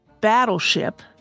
Battleship